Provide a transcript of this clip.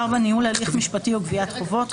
ניהול הליך משפטי או גביית חובות,